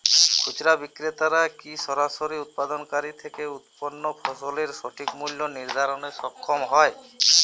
খুচরা বিক্রেতারা কী সরাসরি উৎপাদনকারী থেকে উৎপন্ন ফসলের সঠিক মূল্য নির্ধারণে সক্ষম হয়?